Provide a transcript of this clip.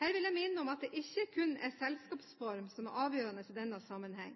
Her vil jeg minne om at det ikke kun er selskapsform som er avgjørende i denne sammenheng.